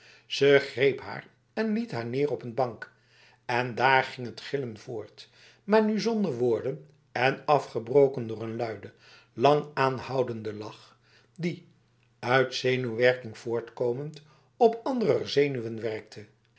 zij greep haar en liet haar neer op een bank en daar ging het gillen voort maar nu zonder woorden en afgebroken door een luide lang aanhoudende lach die uit de zenuwwerking voortkomend op anderer zenuwen werkte